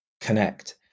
connect